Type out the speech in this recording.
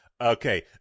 Okay